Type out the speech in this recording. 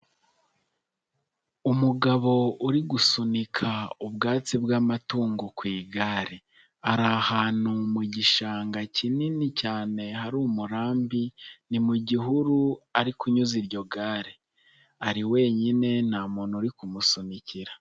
Umugabo uri gusunika ubwatsi bw'amatungo ku igare, ari ahantu mu gishanga kinini cyane hari umurambi, ni mu gihuru ari kunyuza iryo gare, ari wenyine nta muntu uri kumusunikira.